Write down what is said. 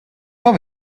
რომ